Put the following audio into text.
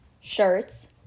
shirts